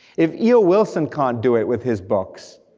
if e o. wilson can't do it with his books,